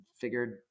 figured